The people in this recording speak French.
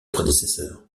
prédécesseur